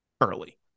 early